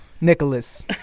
Nicholas